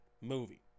movie